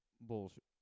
bullshit